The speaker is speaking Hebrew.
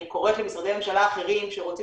אני קוראת למשרדי ממשלה אחרים שרוצים